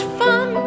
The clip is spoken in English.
fun